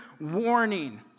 warning